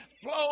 flow